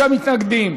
45 מתנגדים,